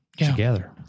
together